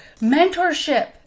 mentorship